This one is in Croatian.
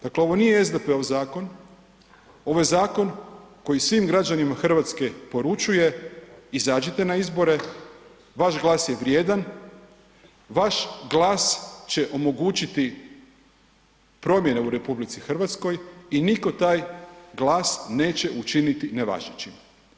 Dakle, ovo nije SDP-ov zakon, ovo je zakon koji svim građanima RH poručuje izađite na izbore, vaš glas je vrijedan, vaš glas će omogućiti promjene u RH i niko taj glas neće učiniti nevažećim.